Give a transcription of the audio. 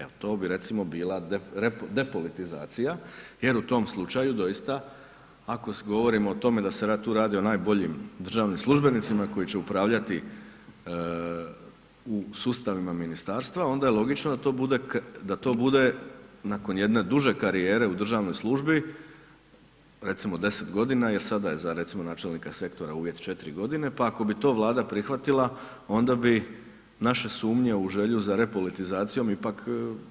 Evo to bi recimo bila depolitizacija jer u tom slučaju doista ako govorimo o tome da se tu radi o najboljim državnim službenicima koji će upravljati u sustavima ministarstva, onda je logično da to bude nakon jedne duže karijere u državnoj službi, recimo 10 g. jer sada je za recimo načelnika sektora uvjet 4 g. pa ako bi to Vlada prihvatila, onda bi naša sumnje u želju za repolitizacijom ipak